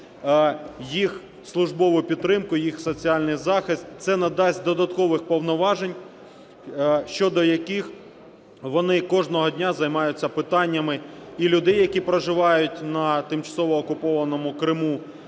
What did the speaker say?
їх службову підтримку, їх соціальний захист. Це надасть додаткових повноважень, щодо яких вони кожного дня займаються: питаннями людей, які проживають у тимчасово окупованому Криму,